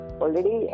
already